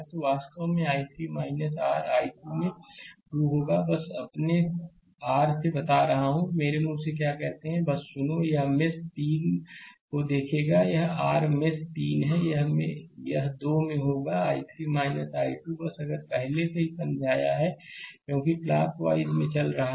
तो यह वास्तव में I3 r I2 में 2 होगा बस अपने r से बता रहा हूँ मेरे मुंह से क्या कहते हैं बस सुनो यह मेष 3 को देखेगा यह आर मेष 3 है यह 2 में होगा I3 I2 बस अगर पहले से ही समझाया है क्योंकि क्लाकवाइज में चल रहे हैं